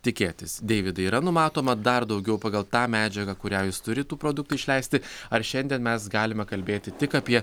tikėtis deividai yra numatoma dar daugiau pagal tą medžiagą kurią jūs turit tų produktų išleisti ar šiandien mes galime kalbėti tik apie